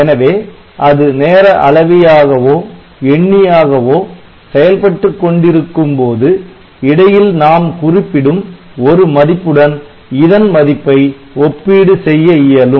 எனவே அது நேர அளவியாகவோ எண்ணியாகவோ செயல்பட்டுக் கொண்டிருக்கும் போது இடையில் நாம் குறிப்பிடும் ஒரு மதிப்புடன் இதன் மதிப்பை ஒப்பீடு செய்ய இயலும்